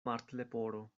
martleporo